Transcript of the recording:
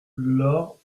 lorp